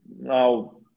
now